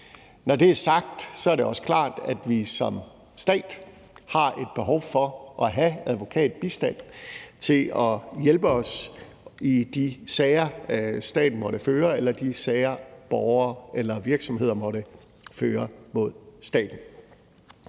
Når det er sagt, er det også klart, at vi som stat har et behov for at have advokatbistand til at hjælpe os i de sager, staten måtte føre, eller de sager, borgere eller virksomheder måtte føre mod staten.